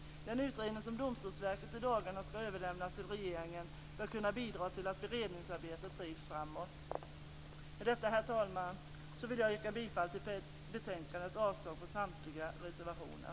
Den utredning som Domstolsverket i dagarna ska överlämna till regeringen bör kunna bidra till att beredningsarbetet drivs framåt. Med detta, herr talman, vill jag yrka bifall till hemställan i betänkandet och avslag på samtliga reservationer.